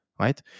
right